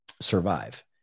survive